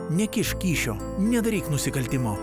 nekišk kyšio nedaryk nusikaltimo